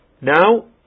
now